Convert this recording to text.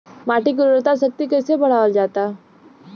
माटी के उर्वता शक्ति कइसे बढ़ावल जाला?